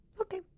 okay